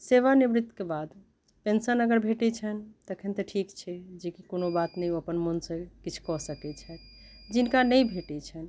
सेवा निवृतके बाद पेन्सन अगर भेटैत छनि तखन तऽ ठीक छै जेकि कओनो बात नहि ओ अपन मनसँ किछु कऽ सकैत छथि जिनका नहि भेटैत छनि